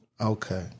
Okay